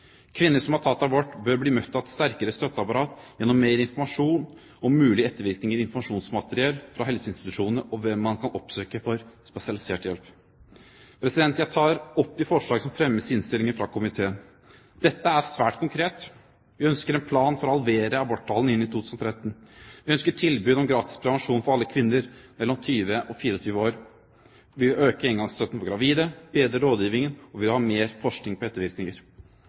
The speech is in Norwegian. Kvinner som har tatt abort, bør bli møtt av et sterkere støtteapparat gjennom mer informasjon om mulige ettervirkninger og informasjonsmateriell fra helseinstitusjonene om hvem man kan oppsøke for spesialisert hjelp. Jeg tar opp forslagene fra Kristelig Folkeparti som fremmes i innstillingen. Dette er svært konkrete forslag. Vi ønsker en plan for å halvere aborttallene innen 2013. Vi ønsker tilbud om gratis prevensjon for alle kvinner mellom 20 og 24 år. Vi vil øke engangsstøtten for gravide, bedre rådgivningen, og vi vil ha mer forskning på ettervirkninger.